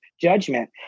judgment